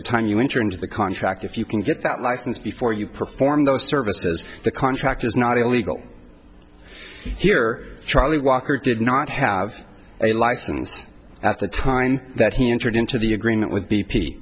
the time you enter into the contract if you can get that license before you perform those services the contract is not illegal here charlie walker did not have a license at the time that he entered into the agreement with b